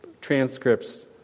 transcripts